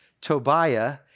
Tobiah